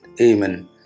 Amen